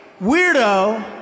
weirdo